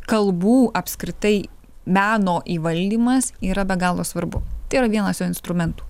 kalbų apskritai meno įvaldymas yra be galo svarbu tai yra vienas jo instrumentų